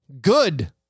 good